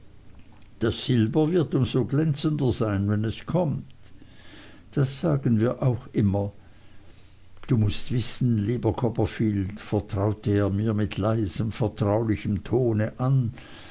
das silber wird um so glänzender sein wenn es kommt das sagen wir auch immer du mußt wissen lieber copperfield vertraute er mir mit leisem vertraulichem ton an